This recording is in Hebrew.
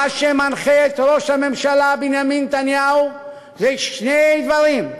מה שמנחה את ראש הממשלה בנימין נתניהו זה שני דברים: